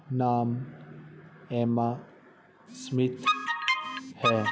ਨਾਮ Emma Smith ਹੈ